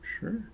Sure